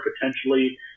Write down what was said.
potentially